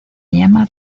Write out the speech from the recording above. llama